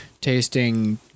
tasting